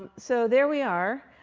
um so there we are.